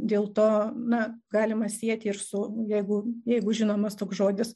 dėl to na galima sieti ir su jeigu jeigu žinomas toks žodis